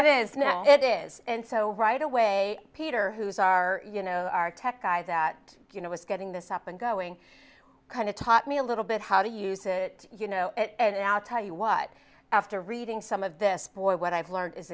it is now it is and so right away peter who's our you know our tech guy that you know was getting this up and going kind of taught me a little bit how to use it you know and i'll tell you what after reading some of this boy what i've learned is